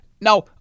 Now